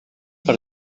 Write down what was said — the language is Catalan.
per